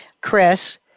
Chris